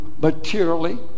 materially